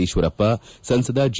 ಈಶ್ವರಪ್ಪ ಸಂಸದ ಜಿ